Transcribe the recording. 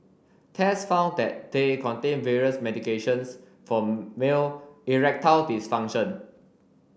tests found that they contained various medications for male erectile dysfunction